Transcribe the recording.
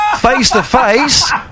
face-to-face